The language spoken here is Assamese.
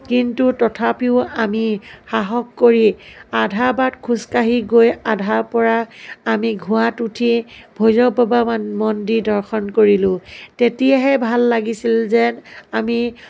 কিন্তু তথাপিও আমি সাহস কৰি আধা বাট খোজকাঢ়ি গৈ আধাৰ পৰা আমি ঘোঁৰাত উঠি ভৈৰৱ বাবাৰ মন মন্দিৰ দৰ্শন কৰিলোঁ তেতিয়াহে ভাল লাগিছিল যেন আমি